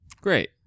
Great